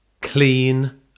Clean